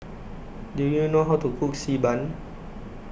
Do YOU know How to Cook Xi Ban